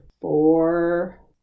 four